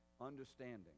Understanding